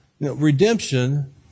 Redemption